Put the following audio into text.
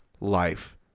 life